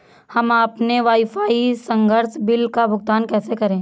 हम अपने वाईफाई संसर्ग बिल का भुगतान कैसे करें?